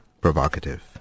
provocative